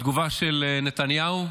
התגובה של נתניהו?